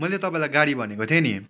मैले तपाईँलाई गाडी भनेको थिएँ नि